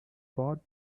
pod